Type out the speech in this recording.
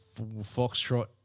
Foxtrot